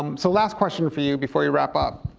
um so last question for you before we wrap up.